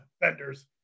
vendors